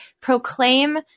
proclaim